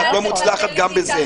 כי את לא מוצלחת גם בזה.